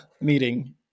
meeting